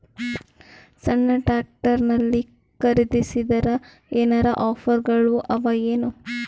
ಸಣ್ಣ ಟ್ರ್ಯಾಕ್ಟರ್ನಲ್ಲಿನ ಖರದಿಸಿದರ ಏನರ ಆಫರ್ ಗಳು ಅವಾಯೇನು?